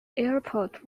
airport